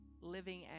living